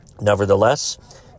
Nevertheless